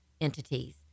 entities